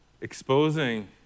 exposing